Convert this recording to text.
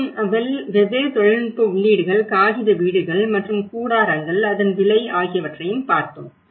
மற்றும் வெவ்வேறு தொழில்நுட்ப உள்ளீடுகள் காகித வீடுகள் மற்றும் கூடாரங்கள் அதன் விலை ஆகியவற்றையும் பார்த்தோம்